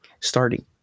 starting